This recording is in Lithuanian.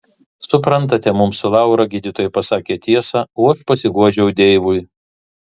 suprantate mums su laura gydytojai pasakė tiesą o aš pasiguodžiau deivui